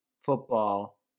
football